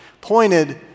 pointed